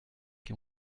qui